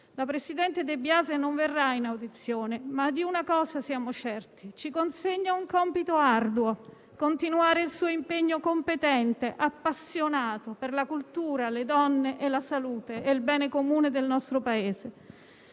Il presidente De Biase non verrà in audizione, ma di una cosa siamo certi: ci consegna un compito arduo, continuare il suo impegno competente e appassionato per la cultura, le donne, la salute e il bene comune del nostro Paese.